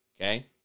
okay